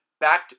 back